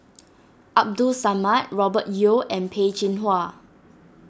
Abdul Samad Robert Yeo and Peh Chin Hua